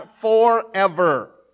forever